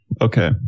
okay